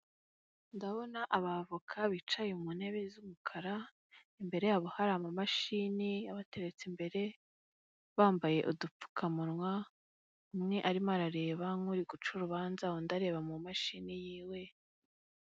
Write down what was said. Ndabona abavoka bicaye mu ntebe z'umukara, imbere yabo hari amamashini abateretse imbere, bambaye udupfukamunwa, umwe arimo arareba nk'uri guca urubanza, undi areba mu mashini yiwe.